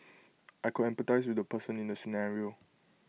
I could empathise with the person in the scenario